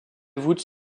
voûtes